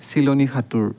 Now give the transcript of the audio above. চিলনী সাঁতোৰ